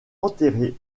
enterré